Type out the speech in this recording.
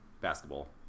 basketball